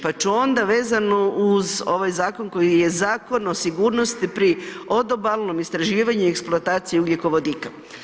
Pa ću onda vezano uz ovaj Zakon koji je Zakon o sigurnosti o pri odobalnom istraživanju eksploatacije ugljikovodika.